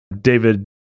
david